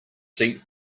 seat